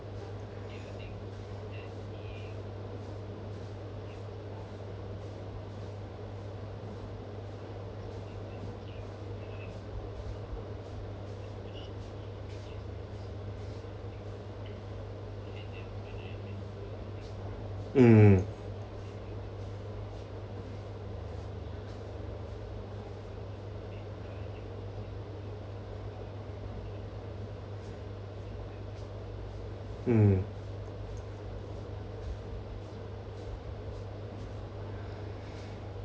mm mm